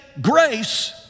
grace